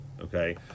okay